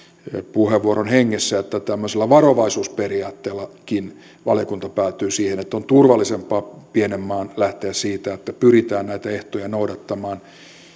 puheenvuoron hengessä että tämmöisellä varovaisuusperiaatteellakin valiokunta päätyi siihen että on turvallisempaa pienen maan lähteä siitä että pyritään näitä ehtoja noudattamaan